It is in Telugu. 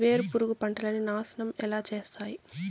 వేరుపురుగు పంటలని నాశనం ఎలా చేస్తాయి?